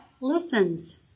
listens